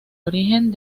origen